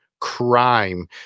crime